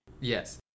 Yes